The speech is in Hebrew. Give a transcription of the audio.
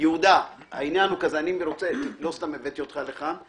יהודה, לא סתם הבאתי אותך לכאן,